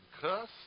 cuss